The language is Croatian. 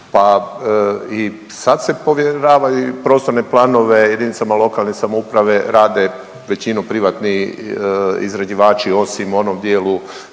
pa i sad se povjeravaju i prostorne planove jedinicama lokalne samouprave rade većinu privatni izrađivači, osim u onom dijelu